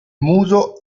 muso